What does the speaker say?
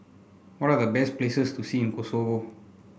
what are the best places to see in Kosovo